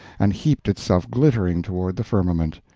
and heaped itself glittering toward the firmament.